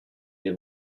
les